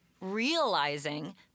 realizing